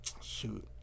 Shoot